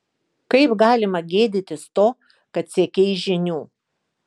kaip galima gėdytis to kad siekei žinių